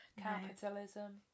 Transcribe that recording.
capitalism